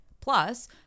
plus